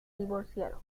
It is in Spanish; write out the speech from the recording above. divorciaron